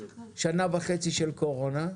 שנה וחצי של קורונה,